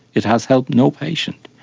it has helped no patient.